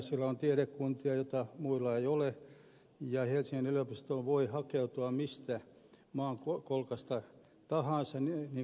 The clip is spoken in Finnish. sillä on tiedekuntia joita muilla ei ole ja helsingin yliopistoon voi hakeutua mistä maankolkasta tahansa niin kuin tehdään